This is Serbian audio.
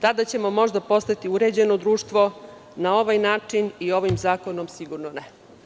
Tada ćemo možda postati uređeno društvo, na ovaj način i ovim zakonom sigurno ne.